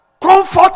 comfort